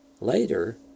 Later